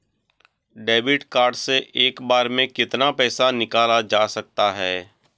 Debit card से एक बार में कितना पैसा निकाला जा सकता है?